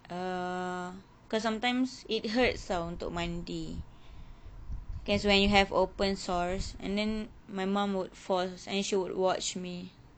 err because sometimes it hurts tau untuk mandi cause when you have open sores and then my mum would force and she would watch me